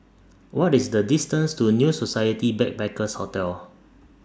What IS The distance to New Society Backpackers' Hotel